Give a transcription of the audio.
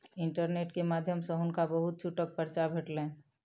internet के माध्यम सॅ हुनका बहुत छूटक पर्चा भेटलैन